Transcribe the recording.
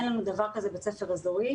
אין לנו דבר כזה בית ספר אזורי.